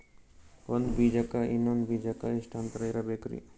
ಒಂದ್ ಬೀಜಕ್ಕ ಇನ್ನೊಂದು ಬೀಜಕ್ಕ ಎಷ್ಟ್ ಅಂತರ ಇರಬೇಕ್ರಿ?